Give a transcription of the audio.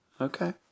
okay